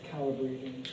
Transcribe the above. calibrating